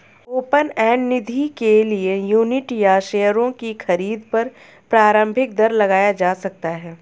open end निधि के लिए यूनिट या शेयरों की खरीद पर प्रारम्भिक दर लगाया जा सकता है